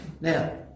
Now